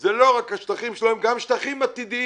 זה לא רק השטחים שלהם, גם שטחים עתידיים.